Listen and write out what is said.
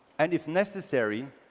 and if necessary,